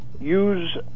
use